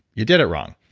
you did it wrong.